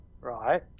right